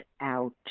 out